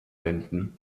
binden